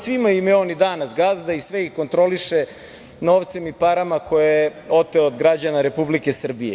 Svima im je on i danas gazda i sve ih kontroliše novcem i parama koje je oteo od građana Republike Srbije.